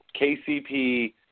KCP